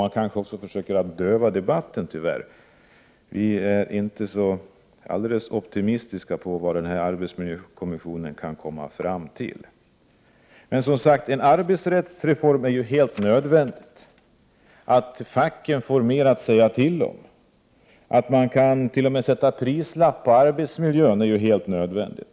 Man kanske också försöker döva debatten, tyvärr. Vi är inte så alldeles optimistiska i fråga om vad arbetsmiljökommissionen kan komma fram till. En arbetsrättsreform är helt nödvändig. Att facken får mer att säga till om och att man t.o.m. kan sätta prislapp på arbetsmiljön är helt nödvändigt.